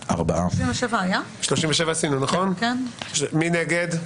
מי נגד?